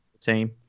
team